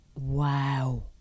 Wow